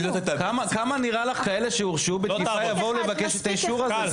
כמה כאלה שהורשעו בתקיפה יבואו לבקש את האישור הזה?